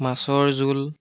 মাছৰ জোল